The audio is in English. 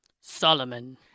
Solomon